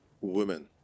Women